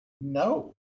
No